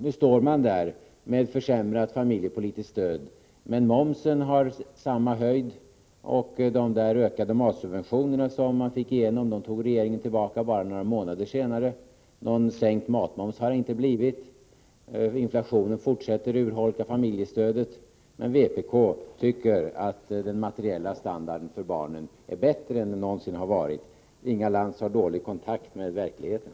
Nu står man där med försämrat familjepolitiskt stöd, men momsen har samma höjd och de ökade matsubventionerna som man fick igenom tog regeringen tillbaka bara några månader senare. Någon sänkt matmoms har det inte blivit, och inflationen fortsätter att urholka familjestödet. Men vpk tycker att den materiella standarden för barnen är bättre än den någonsin har varit. Inga Lantz har dålig kontakt med verkligheten.